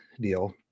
deal